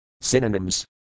Synonyms